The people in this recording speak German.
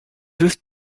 ist